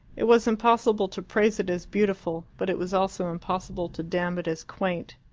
it was impossible to praise it as beautiful, but it was also impossible to damn it as quaint.